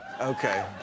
Okay